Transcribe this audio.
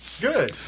Good